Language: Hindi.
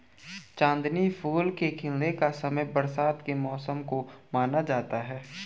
चांदनी फूल के खिलने का समय बरसात के मौसम को माना जाता है